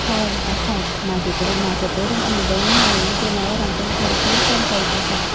हय आसात म्हाजे कडेन म्हाज्या तर अनुभवान म्हजो जनावरां कडेन भरपूर संपर्क आसा